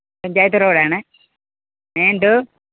പഞ്ചായത്ത് റോഡാണ് ഏ എന്തോ